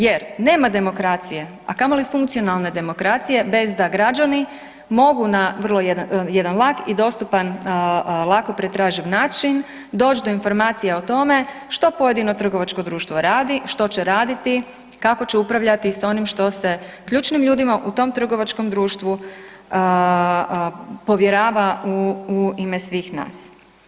Jer nema demokracije a kamoli funkcionalne demokracije bez da građani mogu na jedan vrlo lak i dostupan, lako pretraživ način doći do informacija o tome što pojedino trgovačko društvo radi, što će raditi, kako će upravljati sa onim što se ključnim ljudima u tom trgovačkom društvu povjerava u ime svih nas.